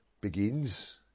begins